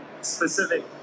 specific